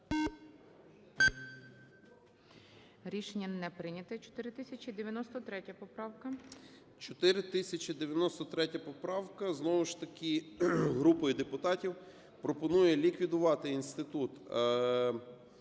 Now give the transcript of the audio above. Рішення не прийнято. 4093 поправка.